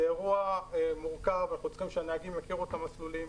זה אירוע מורכב ואנחנו צריכים שהנהגים יכירו את המסלולים.